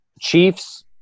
Chiefs